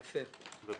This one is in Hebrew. יפה.